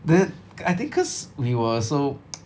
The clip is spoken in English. then I think cause we were so